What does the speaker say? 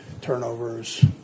turnovers